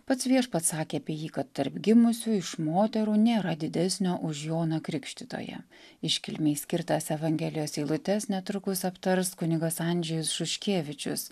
pats viešpats sakė apie jį kad tarp gimusių iš moterų nėra didesnio už joną krikštytoją iškilmei skirtas evangelijos eilutes netrukus aptars kunigas andžejus šuškevičius